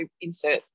insert